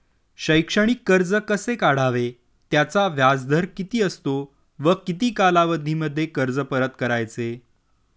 शैक्षणिक कर्ज कसे काढावे? त्याचा व्याजदर किती असतो व किती कालावधीमध्ये कर्ज परत करायचे?